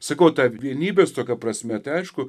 sakau ta vienybės tokia prasme tai aišku